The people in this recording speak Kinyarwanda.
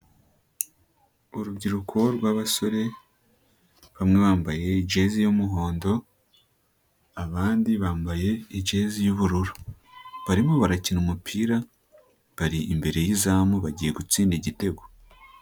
Urubyiruko rw'abasore bamwambaye jezi y'umuhondo, abandi bambaye jezi y'ubururu, barimo barakina umupira, bari imbere y'izamu bagiye gutsinda igitego.